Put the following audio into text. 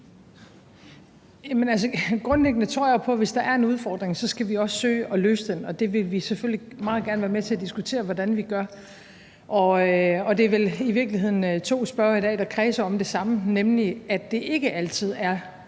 grundlæggende tror jeg på, at hvis der er en udfordring, skal vi også søge at løse den, og det vil vi selvfølgelig meget gerne være med til at diskutere hvordan vi gør. Der er vel i virkeligheden to spørgere i dag, der kredser om det samme, nemlig at det ikke altid er